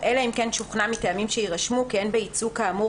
אלא אם כן שוכנע מטעמים שיירשמו כי אין בייצוג כאמור